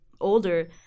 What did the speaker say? older